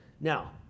Now